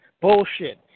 Bullshit